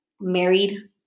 married